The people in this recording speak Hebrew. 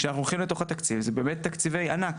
כשאנחנו הולכים לתוך התקציב זה באמת תקציבי ענק.